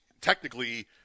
technically